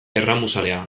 erramuzalea